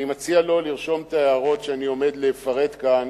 אני מציע לו לרשום את ההערות שאני עומד לפרט כאן,